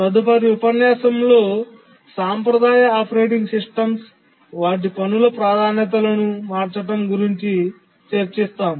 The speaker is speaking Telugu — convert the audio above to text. తదుపరి ఉపన్యాసంలో సాంప్రదాయ ఆపరేటింగ్ సిస్టమ్స్ వాటి పనుల ప్రాధాన్యతలను మార్చడం గురించి చర్చిస్తాము